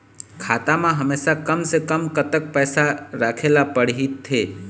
खाता मा हमेशा कम से कम कतक पैसा राखेला पड़ही थे?